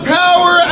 power